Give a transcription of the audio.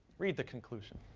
read the conclusion.